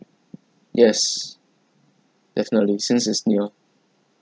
yes definitely since it's near